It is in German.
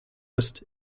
ist